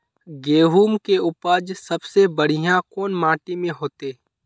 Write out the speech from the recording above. गेहूम के उपज सबसे बढ़िया कौन माटी में होते?